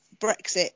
Brexit